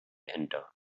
enter